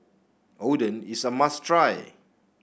oden is a must try